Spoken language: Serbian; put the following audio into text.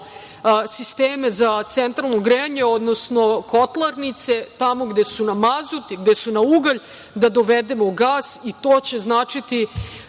sisteme za centralno grejanje, odnosno kotlarnice tamo gde su na mazut i gde su na ugalj da dovedemo gas i to će značiti